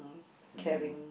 deal